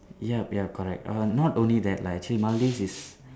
yup yup correct err not only that lah actually Maldives is